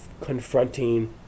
confronting